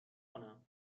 کنم